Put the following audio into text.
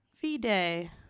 V-Day